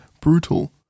brutal